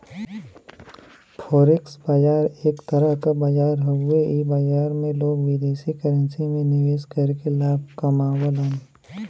forex बाजार एक तरह क बाजार हउवे इ बाजार में लोग विदेशी करेंसी में निवेश करके लाभ कमावलन